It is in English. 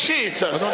Jesus